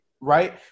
right